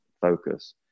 focus